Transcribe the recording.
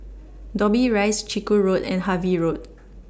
Dobbie Rise Chiku Road and Harvey Road